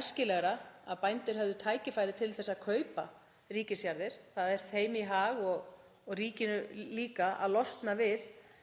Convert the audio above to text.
æskilegra að bændur hefðu tækifæri til að kaupa ríkisjarðir. Það er þeim í hag og ríkinu líka í hag að losna við